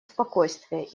спокойствие